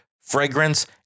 fragrance